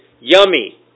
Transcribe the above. Yummy